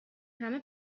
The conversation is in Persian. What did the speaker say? همه